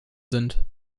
sind